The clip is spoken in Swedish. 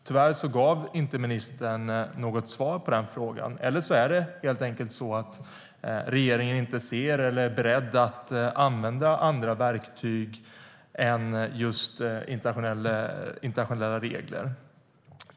Tyvärr gav inte ministern något svar på den frågan, eller också är det så att regeringen inte ser eller inte är beredd att använda andra verktyg än internationella regler.